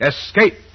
Escape